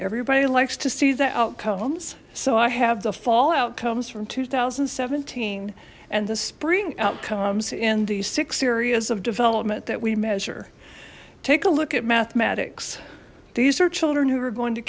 everybody likes to see the outcomes so i have the fall outcomes from two thousand and seventeen and the spring outcomes in the six areas of development that we measure take a look at mathematics these are children who are going to